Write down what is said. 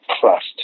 trust